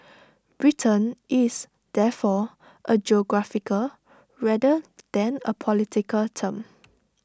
Britain is therefore A geographical rather than A political term